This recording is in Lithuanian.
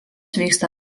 vyksta